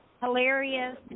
Hilarious